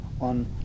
on